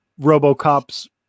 Robocop's